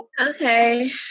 Okay